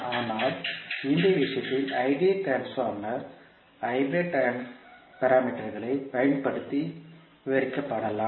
ஆனால் இந்த விஷயத்தில் ஐடியல் டிரான்ஸ்பார்மர் ஹைபிரிட் பாராமீட்டர்களை பயன்படுத்தி விவரிக்கப்படலாம்